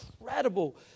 incredible